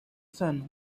sun